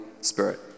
Spirit